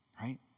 Right